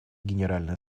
генеральной